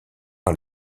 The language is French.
par